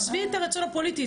עזבי את הרצון הפוליטי,